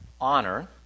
honor